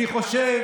אני חושב